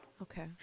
okay